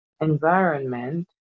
environment